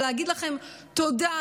ולהגיד להם: תודה,